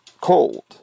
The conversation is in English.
cold